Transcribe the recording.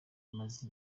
umaze